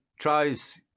tries